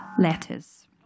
letters